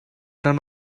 none